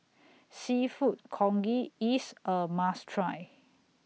Seafood Congee IS A must Try